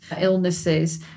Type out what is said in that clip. illnesses